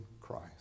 Christ